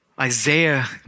Isaiah